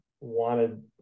wanted